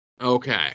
Okay